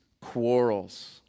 quarrels